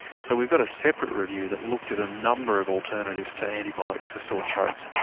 so we've got a separate review that looked at a number of alternatives to antibiotics for sore throats.